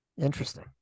Interesting